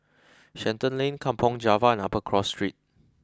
Shenton Lane Kampong Java and Upper Cross Street